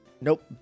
Nope